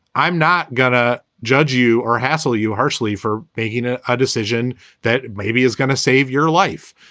i'm not going to judge you or hassle you harshly for making a ah decision that maybe is going to save your life.